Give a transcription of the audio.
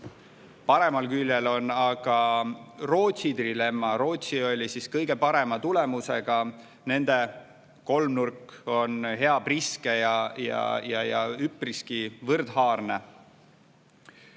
Paremal küljel on aga Rootsi trilemma. Rootsi oli kõige parema tulemusega, nende kolmnurk on hea priske ja üpriski võrdhaarne.